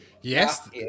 Yes